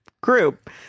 Group